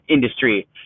Industry